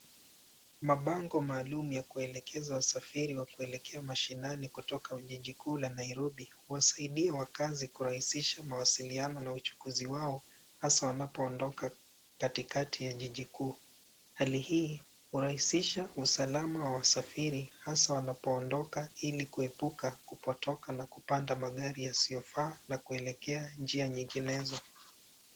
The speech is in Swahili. Mabango maalum ya kuelekeza wasafiri wa kuelekea mashinani kutoka jiji kuu la Nairobi huwasaidia wakazi kurahisisha mawasiliano na uchukuzi wao hasa wanapoondoka katikati ya jiji kuu. Hali hii huraihisisha usalama wa usafiri hasa wanapoondoka ili kuepuka kupotoka na kupanda magari yasiyofaa na kuelekea njia nyinginezo.